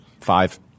Five